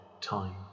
time